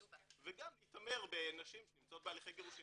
וגם להתעמר בנשים שנמצאות בהליכי גירושין.